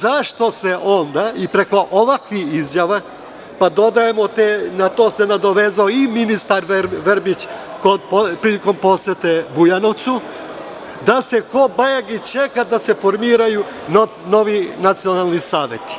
Zašto se onda preko ovakvih izjava, pa na to se nadovezao i ministar Verbić prilikom posete Bujanovcu, da se kobajagi čeka da se formiraju novi nacionalni saveti,